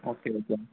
okay okay